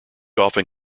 often